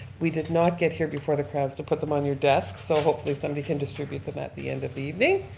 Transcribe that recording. we did not get here before the crowds to put them on your desks, so hopefully somebody can distribute them at the end of the evening.